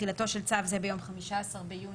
תחילתו של צו זה ביום 15 ביוני